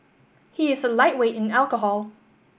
he is a lightweight in alcohol